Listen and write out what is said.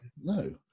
no